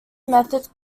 method